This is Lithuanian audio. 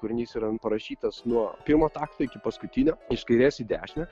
kūrinys yra parašytas nuo pirmo takto iki paskutinio iš kairės į dešinę